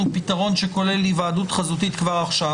פתרון שכולל היוועדות חזותית כבר עכשיו.